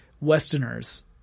Westerners